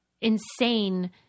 insane